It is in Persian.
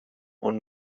اون